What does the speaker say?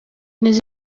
neza